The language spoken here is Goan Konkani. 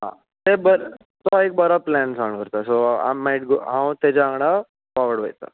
हां ते बर तो एक बरो प्लेन सांगलो सो हांव तेच्या वांगडा फोर्वर्ड वयता